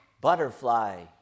butterfly